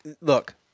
look